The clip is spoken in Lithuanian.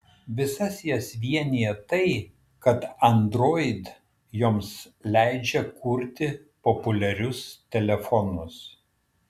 visas jas vienija tai kad android joms leidžia kurti populiarius telefonus